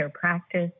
practice